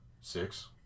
six